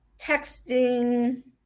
texting